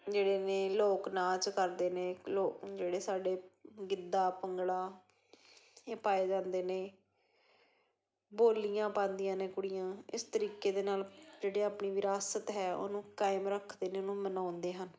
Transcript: ਜਿਹੜੇ ਨੇ ਲੋਕ ਨਾਚ ਕਰਦੇ ਨੇ ਲੋ ਜਿਹੜੇ ਸਾਡੇ ਗਿੱਧਾ ਭੰਗੜਾ ਇਹ ਪਾਏ ਜਾਂਦੇ ਨੇ ਬੋਲੀਆਂ ਪਾਉਂਦੀਆਂ ਨੇ ਕੁੜੀਆਂ ਇਸ ਤਰੀਕੇ ਦੇ ਨਾਲ ਜਿਹੜੇ ਆਪਣੀ ਵਿਰਾਸਤ ਹੈ ਉਹਨੂੰ ਕਾਇਮ ਰੱਖਦੇ ਨੇ ਉਹਨੂੰ ਮਨਾਉਂਦੇ ਹਨ